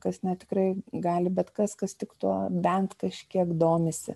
kas net tikrai gali bet kas kas tik tuo bent kažkiek domisi